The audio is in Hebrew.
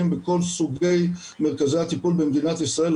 בכל סוגי מרכזי הטיפול במדינת ישראל.